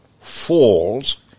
falls